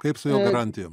kaip su jo garantijom